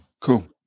cool